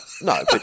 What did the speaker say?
No